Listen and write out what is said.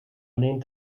alleen